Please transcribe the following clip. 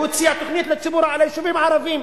והוא הציע תוכנית ליישובים הערביים.